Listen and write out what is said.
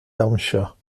dawnsio